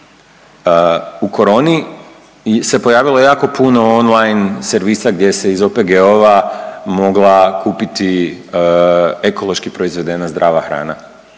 U koroni se pojavilo jako puno online servisa gdje se iz OPG-ova mogla kupiti ekološki proizvedena zdrava hrana.